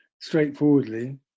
straightforwardly